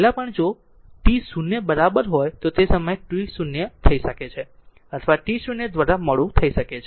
પહેલાં પણ જો t0 બરાબર હોય તો તે સમય t0 થઈ શકે છે અથવા સમય t0 દ્વારા મોડું થઈ શકે છે